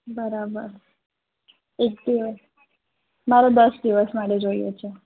બરાબર એટલે મારે દસ દિવસ માટે જોઈએ છે